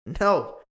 No